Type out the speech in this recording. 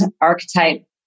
archetype